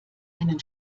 einen